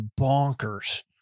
bonkers